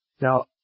Now